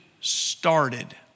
started